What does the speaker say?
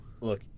Look